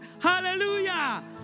Hallelujah